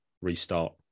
restart